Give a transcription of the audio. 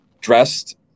dressed